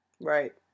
Right